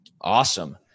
Awesome